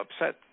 upset